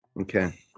Okay